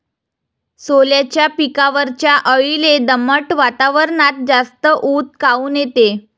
सोल्याच्या पिकावरच्या अळीले दमट वातावरनात जास्त ऊत काऊन येते?